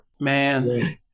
man